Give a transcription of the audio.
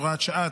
הוראת שעה),